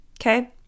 okay